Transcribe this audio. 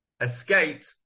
Escaped